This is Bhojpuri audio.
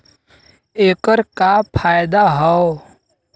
ऐकर का फायदा हव?